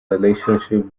relationship